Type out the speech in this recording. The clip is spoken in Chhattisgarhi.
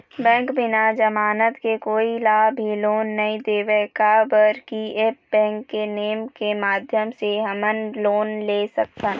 बैंक बिना जमानत के कोई ला भी लोन नहीं देवे का बर की ऐप बैंक के नेम के माध्यम से हमन लोन ले सकथन?